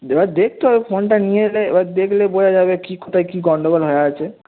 এবার দেখতে হবে ফোনটা নিয়ে এলে এবার দেকলে বোঝা যাবে কী কোথায় কী গন্ডগোল হয়ে আছে